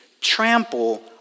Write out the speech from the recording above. trample